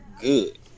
good